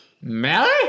Mary